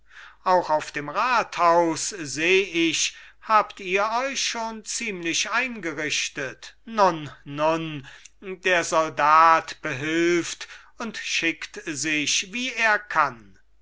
auch auf dem rathaus seh ich habt ihr euch schon ziemlich eingerichtet nun nun der soldat behilft und schickt sich wie er kann